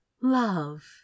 love